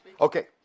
okay